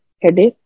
headache